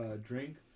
drink